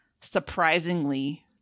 surprisingly